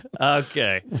okay